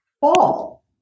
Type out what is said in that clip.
fall